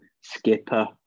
Skipper